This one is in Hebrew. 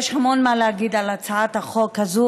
יש המון מה להגיד על הצעת החוק הזו